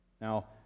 Now